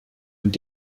und